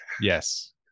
Yes